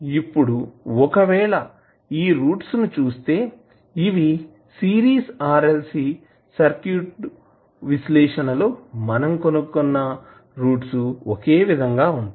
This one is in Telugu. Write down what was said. ఇప్పుడు ఒకవేళ ఈ రూట్స్ ని చూస్తే ఇవి సిరీస్ RLC సర్క్యూట్ విశ్లేషణ లో మనం కనుగొన్న రూట్స్ ఒకే విధంగా ఉంటాయి